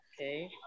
Okay